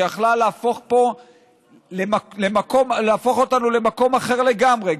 שיכלה להפוך אותנו למקום אחר לגמרי,